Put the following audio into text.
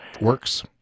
works